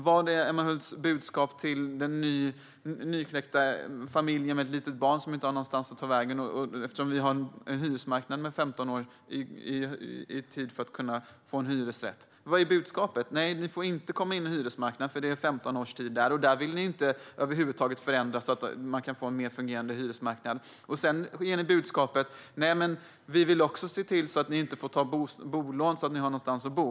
Vad är Emma Hults budskap till den nykläckta familjen med ett litet barn som inte har någonstans att ta vägen? Vi har ju en hyresmarknad som kräver 15 års kötid för att man ska få en hyresrätt. Vad är budskapet? Är det: Nej, ni får inte komma in på hyresmarknaden för där är det 15 års kötid? Vad gäller hyresmarknaden vill ni över huvud taget inte förändra så att den kan fungera bättre. Ni ger även budskapet att dessa personer inte ska få ta bolån för att få någonstans att bo.